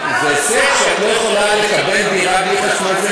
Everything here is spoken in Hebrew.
זה הישג שאת לא יכולה לקבל דירה בלי חשמל.